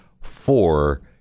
four